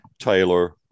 Taylor